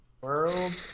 World